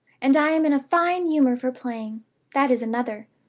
and i am in a fine humor for playing that is another.